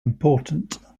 important